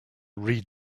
read